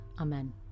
Amen